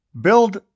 build